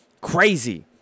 Crazy